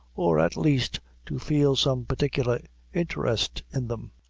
or at least to feel some particular interest in them.